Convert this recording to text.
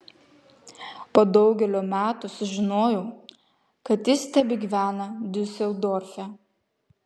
po daugelio metų sužinojau kad jis tebegyvena diuseldorfe